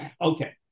Okay